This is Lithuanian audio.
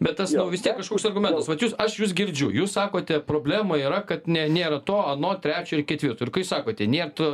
bet tas nu vis tiek kažkoks argumentas vat jūs aš jus girdžiu jūs sakote problema yra kad ne nėra to ano trečio ir ketvirto ir kai sakote nėr to